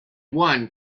one